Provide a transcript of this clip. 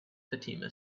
fatima